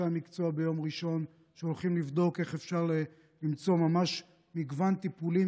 המקצוע ביום ראשון שהולכים לבדוק איך אפשר למצוא מגוון טיפולים